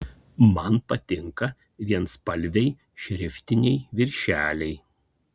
man patinka vienspalviai šriftiniai viršeliai